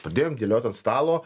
pradėjom dėliot ant stalo